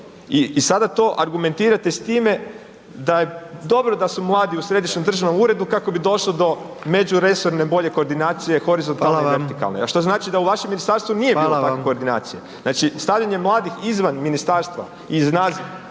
i sada to argumentirate s time da je dobro da su mladi u središnjem državnom uredu kako bi došlo do međuresorne bolje koordinacije horizontalne i vertikalne, a što znači da u vašem ministarstvu nije bilo takve koordinacije. Znači stavljanje mladih izvan ministarstva iz naziva.